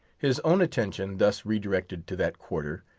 his own attention thus redirected to that quarter,